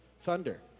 Thunder